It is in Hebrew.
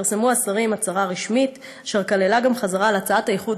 פרסמו השרים הצהרה רשמית אשר כללה גם חזרה על הצעת האיחוד